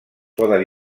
poden